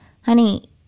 honey